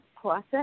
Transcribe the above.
process